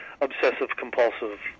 obsessive-compulsive